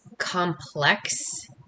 complex